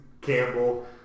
Campbell